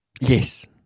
Yes